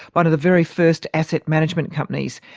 one of the very first asset management companies.